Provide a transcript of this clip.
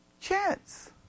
chance